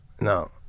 no